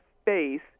space